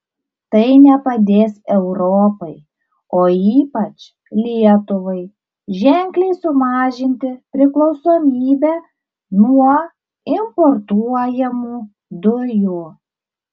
tai nepadės europai o ypač lietuvai ženkliai sumažinti priklausomybę nuo importuojamų dujų